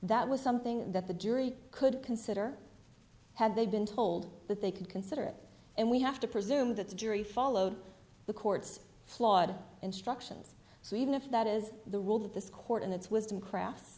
that was something that the jury could consider had they been told that they could consider it and we have to presume that the jury followed the court's flawed instructions so even if that is the rule that this court in its wisdom crafts